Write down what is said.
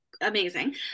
amazing